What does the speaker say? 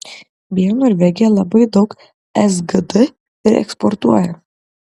beje norvegija labai daug sgd ir eksportuoja